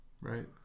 right